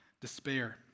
Despair